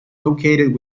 located